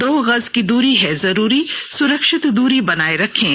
दो गज की दूरी है जरूरी सुरक्षित दूरी बनाए रखें